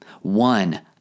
One